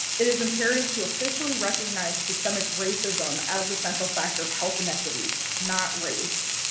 it is imperative to officially recognize, to systemic racism as a central factor of health inequities, not race,